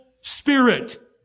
spirit